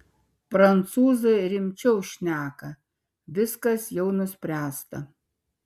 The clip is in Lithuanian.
prancūzai rimčiau šneka viskas jau nuspręsta